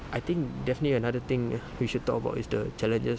I think definitely another thing we should talk about is the challenges